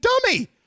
dummy